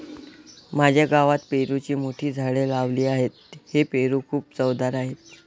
माझ्या गावात पेरूची मोठी झाडे लावली आहेत, हे पेरू खूप चवदार आहेत